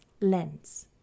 lens